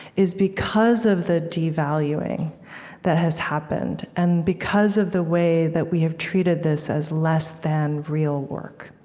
is because of the devaluing that has happened and because of the way that we have treated this as less than real work.